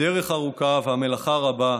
הדרך ארוכה והמלאכה רבה,